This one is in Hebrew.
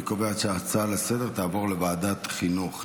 אני קובע שההצעה לסדר-היום תעבור לוועדת החינוך.